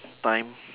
time